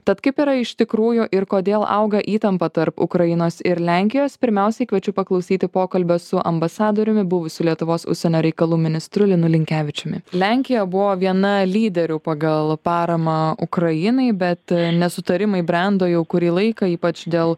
tad kaip yra iš tikrųjų ir kodėl auga įtampa tarp ukrainos ir lenkijos pirmiausiai kviečiu paklausyti pokalbio su ambasadoriumi buvusiu lietuvos užsienio reikalų ministru linu linkevičiumi lenkija buvo viena lyderių pagal paramą ukrainai bet nesutarimai brendo jau kurį laiką ypač dėl